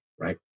right